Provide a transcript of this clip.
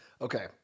Okay